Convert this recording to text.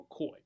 McCoy